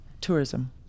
tourism